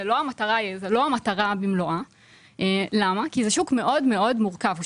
זאת לא המטרה במלואה כי זה שוק מאוד מאוד מורכב.